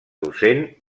docent